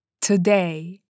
Today